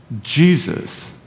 Jesus